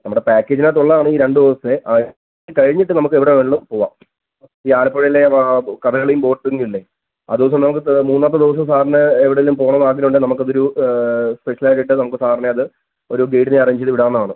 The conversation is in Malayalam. നമ്മുടെ പേക്കേജിനകത്ത് ഉള്ളതാണ് ഈ രണ്ട് ദിവസത്തെ അത് കഴിഞ്ഞിട്ട് നമുക്ക് എവിടെ വേണമെങ്കിലും വേണേലും പോകാം ഈ ആലപ്പുഴയിലെ കഥകളിയും ബോട്ടിംഗും ഇല്ലേ ആ ദിവസം മൂന്നാമത്തെ ദിവസം സാർന് എവിടെയെങ്കിലും പോവണം എന്ന് ആഗ്രഹം ഉണ്ടെങ്കിൽ നമുക്ക് അതൊരു സ്പെഷ്യൽ ആയിട്ട് നമുക്ക് സാറിനെ അത് ഒരു ഗൈഡിനെ അറേഞ്ച് ചെയ്ത് വിടാവുന്നതാണ്